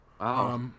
Wow